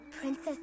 Princess